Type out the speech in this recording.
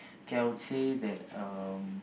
K I would say that um